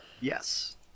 Yes